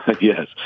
Yes